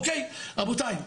רבותיי,